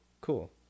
cool